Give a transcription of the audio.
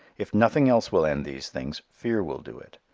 if nothing else will end these things, fear will do it.